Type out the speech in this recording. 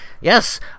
Yes